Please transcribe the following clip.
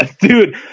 Dude